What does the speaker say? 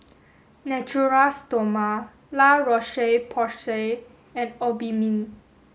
Natura Stoma La Roche Porsay and Obimin